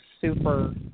super